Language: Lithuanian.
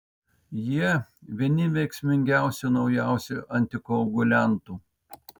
jie vieni veiksmingiausių naujausių antikoaguliantų